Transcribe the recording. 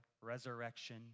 resurrection